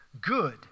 good